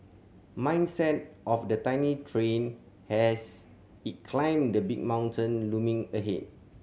mindset of the tiny train as it climbed the big mountain looming ahead